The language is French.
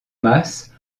masse